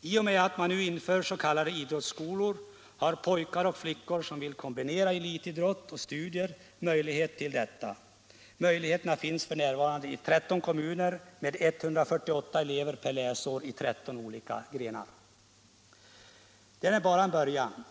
I och med att man nu inför s.k. idrottsskolor har pojkar och flickor som vill kombinera elitidrott och studier möjlighet till detta. Möjligheten finns f.n. i 13 kommuner med 148 elever per läsår i 13 olika grenar. Det är bara början.